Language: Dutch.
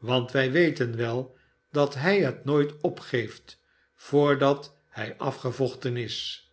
want wij weten wel dat hij het nooit opgeeft voordat hij afgevochten is